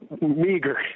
meager